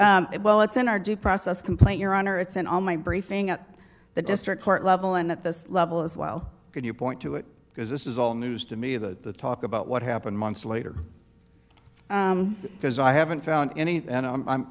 this well it's in our due process complaint your honor it's in all my briefing at the district court level and at this level as well could you point to it because this is all news to me that the talk about what happened months later because i haven't found any